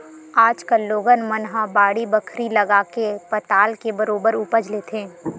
आज कल लोगन मन ह बाड़ी बखरी लगाके पताल के बरोबर उपज लेथे